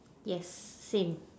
yes same